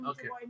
Okay